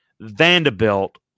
Vanderbilt